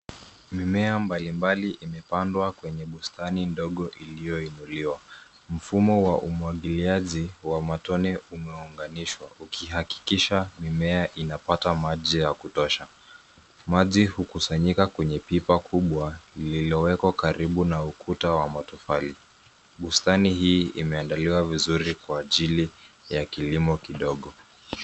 Mimea mbalimbali imepandwa kwenye bustani ndogo iliyoinuliwa. Mfumo wa umwagiliaji wa matone imeunganishwa ukihakikisha mimea unapata maji ya kutosha. Maji hukusanyika kwenye pipa kubwa lililowekwa karibu na ukuta wa matofali. Bustani hii imeandaliwa vizuri kwa ajili ya kilimo kidogo.